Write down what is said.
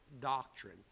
doctrine